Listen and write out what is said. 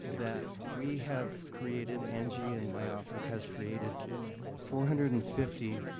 that we have created, angie and my office has created four hundred and fifty